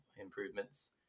improvements